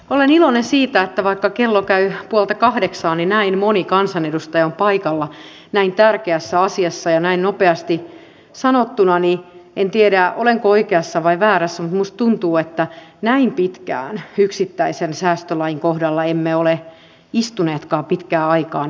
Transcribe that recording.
olen iloinen siitä että vaikka kello käy puolta kahdeksaa näin moni kansanedustaja on paikalla näin tärkeässä asiassa ja näin nopeasti sanottuna en tiedä olenko oikeassa vai väärässä mutta minusta tuntuu että näin pitkään yksittäisen säästölain kohdalla emme ole istuneetkaan pitkään aikaan